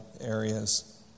areas